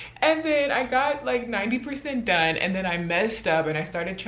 and then i got like ninety percent done and then i messed up. and i started trying,